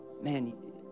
Man